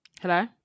Hello